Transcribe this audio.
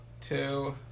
two